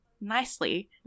nicely